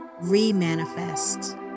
re-manifest